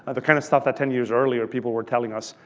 the kind of stuff that ten years earlier people were telling us,